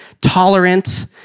tolerant